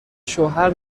شوهر